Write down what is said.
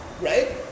right